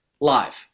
Live